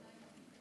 חייהם.